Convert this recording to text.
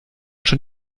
schon